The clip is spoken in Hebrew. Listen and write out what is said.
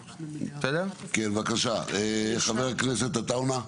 כן, בבקשה, חבר הכנסת יוסף עטאונה.